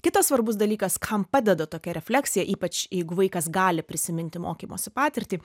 kitas svarbus dalykas kam padeda tokia refleksija ypač jeigu vaikas gali prisiminti mokymosi patirtį